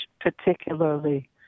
particularly